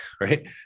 right